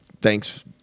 thanks